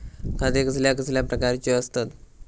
खाते कसल्या कसल्या प्रकारची असतत?